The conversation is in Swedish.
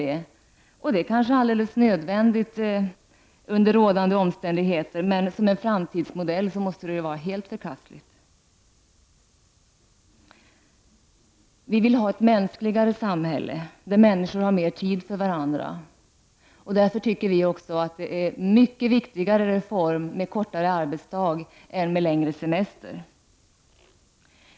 Det är kanske nödvändigt under rådande omständigheter, men som framtidsmodell måste det vara helt förkastligt. Vi vill ha ett mänsk ligare samhälle, där människor har mer tid för varandra. Därför tycker vi att det är en viktigare reform med förkortad arbetsdag än längre semester.